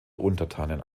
untertanen